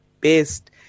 best